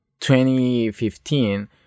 2015